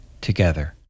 together